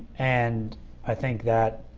and i think that